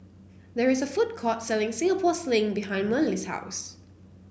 there is a food court selling Singapore Sling behind Merle's house